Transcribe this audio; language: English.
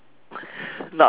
not this ah